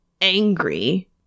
angry